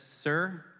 sir